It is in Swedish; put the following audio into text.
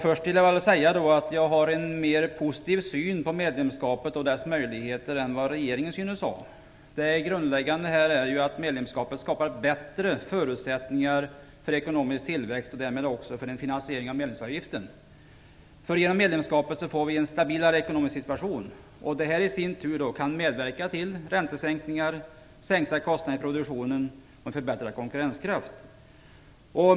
Först vill jag säga att jag har en mer positiv syn på medlemskapet och dess möjligheter än vad regeringen synes ha. Det grundläggande är ju att medlemskapet skapar bättre förutsättningar för ekonomisk tillväxt och därmed också för en finansiering av medlemsavgiften. Genom medlemskapet får vi en stabilare ekonomisk situation. Detta i sin tur kan medverka till räntesänkningar, sänkta kostnader i produktionen och en förbättrad konkurrenskraft.